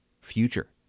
future